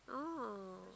oh